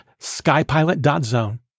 skypilot.zone